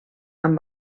amb